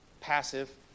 passive